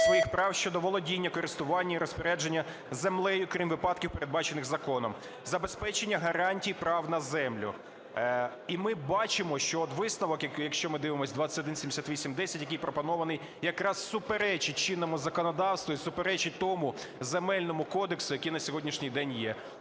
своїх прав щодо володіння, користування і розпорядження землею, крім випадків, передбачених законом; забезпечення гарантій прав на землю. І ми бачимо, що от висновок, якщо ми дивимось 2178-10, який пропонований, якраз суперечить чинному законодавству і суперечить тому Земельному кодексу, який на сьогоднішній день є.